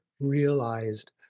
realized